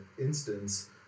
instance